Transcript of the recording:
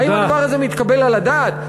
האם הדבר הזה מתקבל על הדעת?